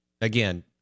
again